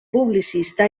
publicista